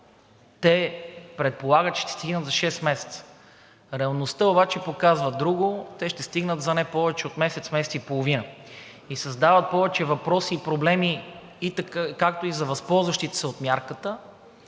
се предполага, че ще стигнат за шест месеца. Реалността обаче показва друго – те ще стигнат за не повече от месец-месец и половина и създават повече въпроси и проблеми както за възползващите се от мярката,